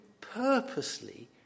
purposely